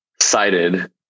cited